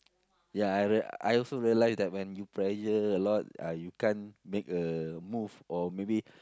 yeah I I also realise that when you pressure a lot uh you can't make a move or maybe